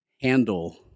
handle